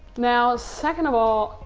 now second of all,